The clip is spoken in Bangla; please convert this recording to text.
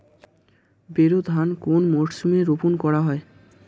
বোরো ধান কোন মরশুমে রোপণ করা হয়?